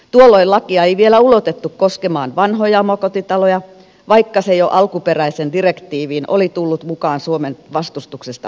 tuolloin lakia ei vielä ulotettu koskemaan vanhoja omakotitaloja vaikka se jo alkuperäiseen direktiiviin oli tullut mukaan suomen vastustuksesta huolimatta